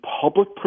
public